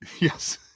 Yes